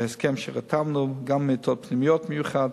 בהסכם שחתמנו, גם מיטות פנימיות מיוחדות.